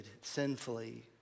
sinfully